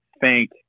thank